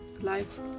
life